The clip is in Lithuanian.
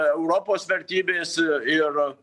europos vertybės ir